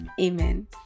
amen